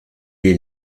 est